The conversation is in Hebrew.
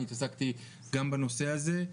אני התעסקתי גם בנושא הזה.